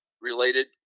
related